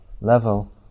level